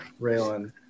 Raylan